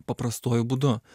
paprastuoju būdu